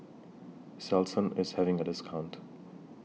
Selsun IS having A discount